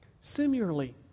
Similarly